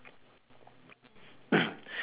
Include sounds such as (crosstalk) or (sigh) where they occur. (coughs)